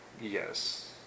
Yes